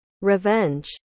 revenge